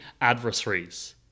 adversaries